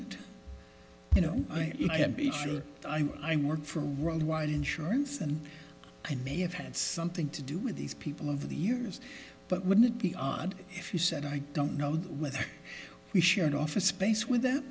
and you know i'm i work for round one insurance and i may have had something to do with these people over the years but wouldn't it be odd if you said i don't know whether we should office space with them